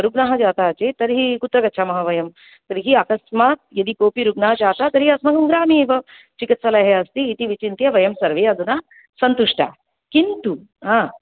ऋग्णः जातः चेत् तर्हि कुत्र गच्छामः वयं तर्हि अकस्मात् यदि कोऽपि ऋग्णः जातः तर्हि अस्माकं ग्रामे एव चिकित्सालयः अस्ति इति विचिन्त्य वयं सर्वे अधुना सन्तुष्टाः किन्तु हा